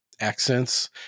accents